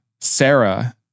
Sarah